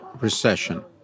recession